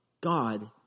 God